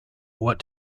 what